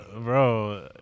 Bro